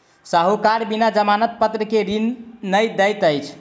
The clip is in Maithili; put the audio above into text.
साहूकार बिना जमानत पत्र के ऋण नै दैत अछि